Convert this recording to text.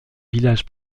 village